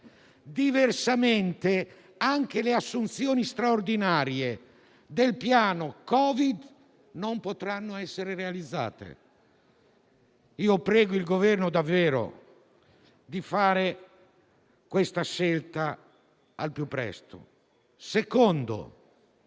diversamente, anche le assunzioni straordinarie del piano Covid non potranno essere realizzate. Io prego il Governo davvero di fare questa scelta al più presto. In secondo